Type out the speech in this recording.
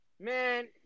Man